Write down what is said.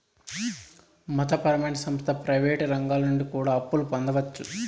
మత పరమైన సంస్థ ప్రయివేటు రంగాల నుండి కూడా అప్పులు పొందొచ్చు